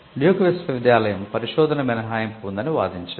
Duke విశ్వవిద్యాలయం పరిశోధన మినహాయింపు ఉందని వాదించింది